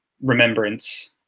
remembrance